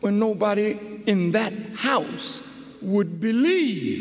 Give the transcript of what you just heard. when nobody in that house would believe